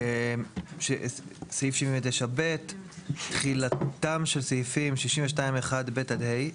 סעיף 79ב. תחילתם של סעיפים 61(1)(ב) עד (ה),